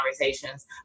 conversations